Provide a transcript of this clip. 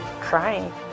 crying